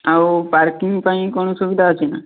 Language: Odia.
ଆଉ ପାର୍କିଂ ପାଇଁ କ'ଣ ସୁବିଧା ଅଛିନା